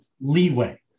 leeway